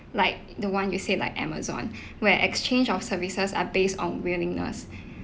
like the one you said like amazon where exchange of services are based on willingness